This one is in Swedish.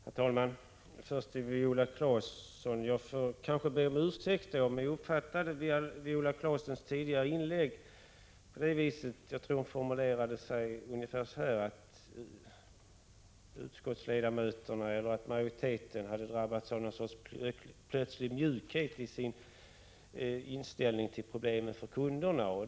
Herr talman! Jag vill börja med att vända mig till Viola Claesson. Jag får kanske be om ursäkt om jag uppfattade Viola Claessons tidigare inlägg fel. Jag tror att hon formulerade sig ungefär så, att utskottsmajoriteten hade drabbats av en plötslig mjukhet i sin inställning till kunderna och deras problem.